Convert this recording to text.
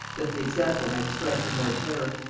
that the example might strike the more terror.